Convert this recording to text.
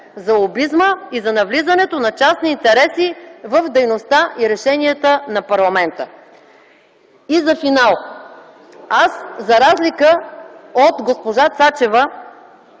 за лобизма и за навлизането на частни интереси в дейността и решенията на парламента. И за финал – аз за разлика от госпожа Цачева,